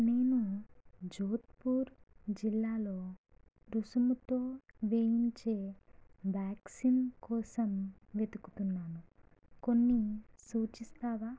నేను జోధ్పూర్ జిల్లాలో రుసుముతో వేయించే వ్యాక్సిన్ కోసం వెతుకుతున్నాను కొన్నిసూచిస్తావా